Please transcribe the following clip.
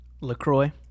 Lacroix